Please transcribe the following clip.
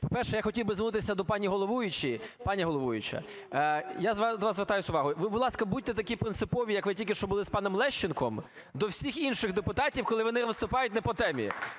По-перше, я хотів би звернутися до пані головуючої. Пані головуюча, я до вас звертаюся з увагою. Ви, будь ласка, будьте такі принципові, як ви тільки що були з паном Лещенком, до всіх інших депутатів, коли вони виступають не по темі,